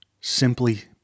simply